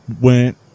went